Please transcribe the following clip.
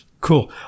Cool